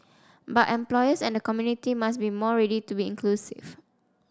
but employers and the community must be more ready to be inclusive